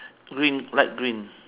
green light green